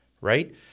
right